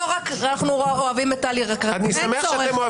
אנחנו אוהבים את טלי --- אין צורך.